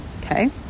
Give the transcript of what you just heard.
Okay